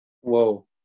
Whoa